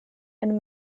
and